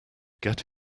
get